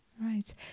Right